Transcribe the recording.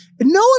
No